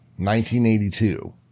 1982